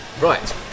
Right